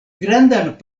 grandan